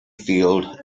field